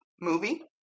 movie